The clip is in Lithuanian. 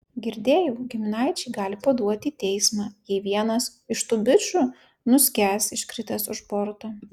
girdėjau giminaičiai gali paduoti į teismą jei vienas iš tų bičų nuskęs iškritęs už borto